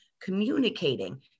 communicating